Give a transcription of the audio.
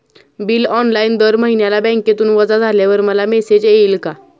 Bill online दर महिन्याला बँकेतून वजा झाल्यावर मला मेसेज येईल का?